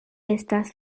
estas